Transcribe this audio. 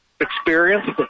experience